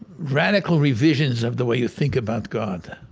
radical revisions of the way you think about god.